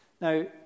Now